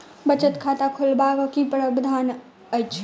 बचत खाता खोलेबाक की प्रावधान अछि?